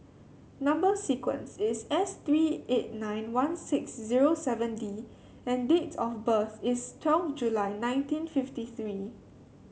number sequence is S three eight nine one six zero seven D and date of birth is twelve July nineteen fifty three